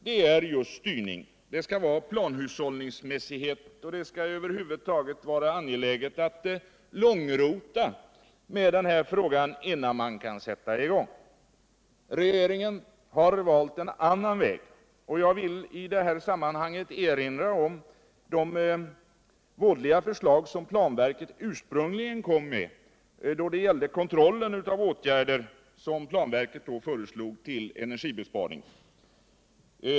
Det skall vara planhushållningsmässighet, och det skall över huvud taget vara angeläget att långrota med den här frågan innan man kan sätta i gång. Regeringen har valt en annan väg, och jag vill i sammanhanget erinra om de vådliga förslag som planverket ursprungligen kom med då det gällde kontrollen av de åtgärder som planverket föreslog.